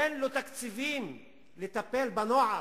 אין לו תקציבים לטפל בנוער.